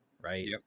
right